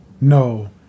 no